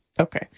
Okay